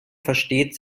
versteht